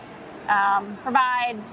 provide